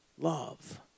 Love